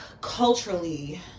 culturally